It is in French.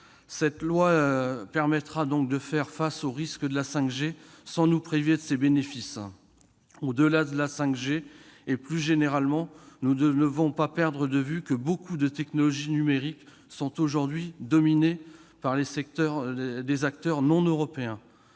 de loi nous permettra de faire face aux risques de la 5G sans nous priver de ses bénéfices. Au-delà de la 5G, nous ne devons pas perdre de vue que beaucoup de technologies numériques sont aujourd'hui dominées par des acteurs non européens,